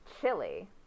Chili